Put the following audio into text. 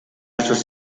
sus